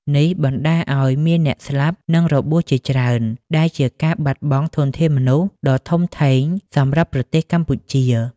នេះបណ្ដាលឱ្យមានអ្នកស្លាប់ និងរបួសជាច្រើន ដែលជាការបាត់បង់ធនធានមនុស្សដ៏ធំធេងសម្រាប់ប្រទេសកម្ពុជា។